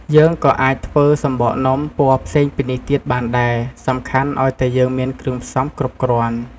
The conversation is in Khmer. យើងក៏អាចធ្វើសំបកនំ ពណ៌ផ្សេងពីនេះទៀតបានដែរ សំខាន់ឱ្យតែយើងមានគ្រឿងផ្សំគ្រប់គ្រាន់។